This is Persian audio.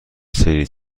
سری